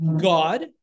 God